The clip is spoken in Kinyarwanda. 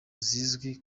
zizwi